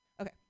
Okay